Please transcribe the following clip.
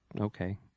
okay